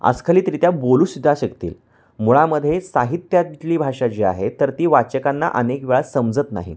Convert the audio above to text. अस्खलितरित्या बोलूसुद्धा शकतील मुळामध्ये साहित्यातली भाषा जी आहे तर ती वाचकांना अनेक वेळा समजत नाहीत